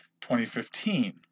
2015